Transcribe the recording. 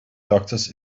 doctors